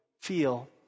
feel